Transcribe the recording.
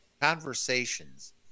Conversations